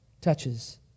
touches